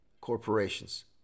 corporations